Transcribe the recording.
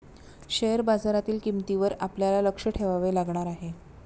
share बाजारातील किंमतींवर आपल्याला लक्ष ठेवावे लागणार आहे